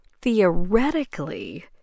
theoretically